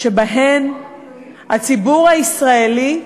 שבהן הציבור הישראלי,